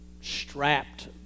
strapped